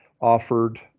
offered